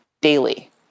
daily